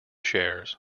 shares